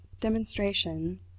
demonstration